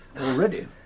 already